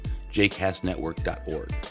jcastnetwork.org